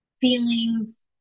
feelings